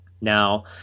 Now